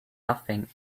nothing